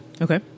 Okay